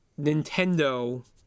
Nintendo